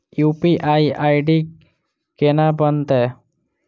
UPI ID केना बनतै?